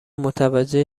متوجه